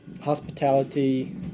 hospitality